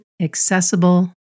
accessible